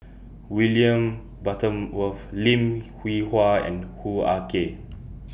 William Butterworth Lim Hwee Hua and Hoo Ah Kay